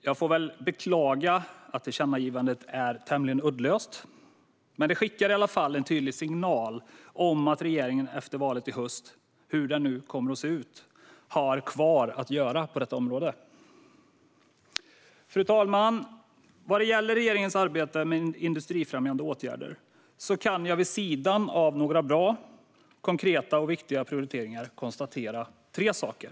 Jag får beklaga att tillkännagivandet är tämligen uddlöst, men det skickar i alla fall en tydlig signal om att regeringen efter valet i höst - hur den nu kommer att se ut - har en del kvar att göra på detta område. Fru talman! Vad gäller regeringens arbete med industrifrämjande åtgärder kan jag vid sidan av några bra, konkreta och viktiga prioriteringar konstatera tre saker.